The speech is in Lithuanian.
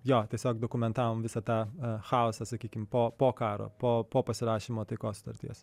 jo tiesiog dokumentavom visą tą chaosą sakykim po po karo po pasirašymo taikos sutarties